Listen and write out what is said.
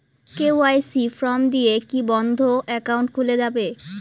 KYC form দিয়ে কি বন্ধ একাউন্ট খুলে যাবে?